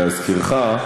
להזכירך,